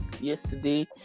yesterday